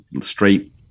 straight